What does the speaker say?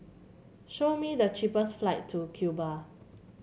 show me the cheapest flight to Cuba